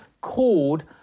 called